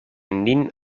nin